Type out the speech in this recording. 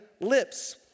lips